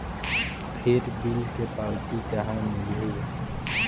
फिर बिल के पावती कहा मिलही?